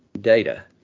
data